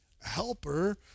Helper